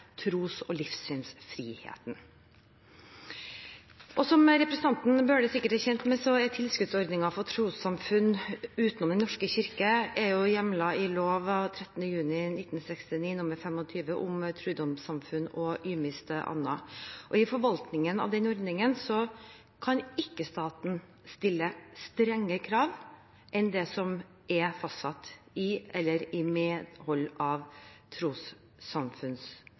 tros- og livssynsfriheten. Som representanten Bøhler sikkert er kjent med, er tilskuddsordningene for trossamfunn utenom Den norske kirke hjemlet i lov 13. juni 1969 nr. 25 om trudomssamfunn og ymist anna. I forvaltningen av ordningene kan ikke staten stille strengere krav enn det som er fastsatt i eller i medhold av